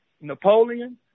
Napoleon